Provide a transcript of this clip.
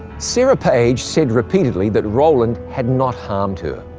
sarah page said repeatedly that rowland had not harmed her.